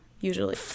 usually